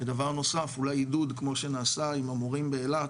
ודבר נוסף אולי עידוד כמו שנעשה עם המורים באילת,